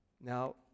Now